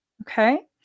okay